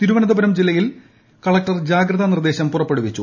തിരുവനന്തപുരം ജില്ലയിൽ കളക്ടർ ജാഗ്രതാ നിർദ്ദേശം പുറപ്പെടുവിച്ചു